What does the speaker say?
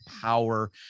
power